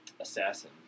Assassin